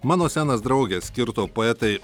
mano senas drauge skirto poetei